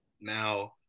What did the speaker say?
Now